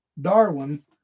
Darwin